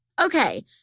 Okay